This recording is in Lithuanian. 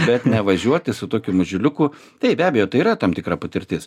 bet nevažiuoti su tokiu mažuliuku taip be abejo tai yra tam tikra patirtis